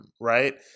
right